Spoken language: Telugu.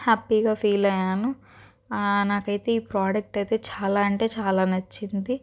హ్యాపీగా ఫీల్ అయ్యాను నాకైతే ఈ ప్రోడక్ట్ అయితే చాలా అంటే చాలా నచ్చింది